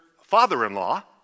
father-in-law